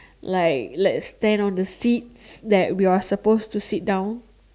like like stand on the seats that we are supposed to sit down